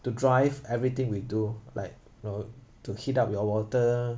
to drive everything we do like you know to heat up your water